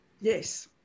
Yes